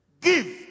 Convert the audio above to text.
Give